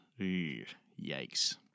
yikes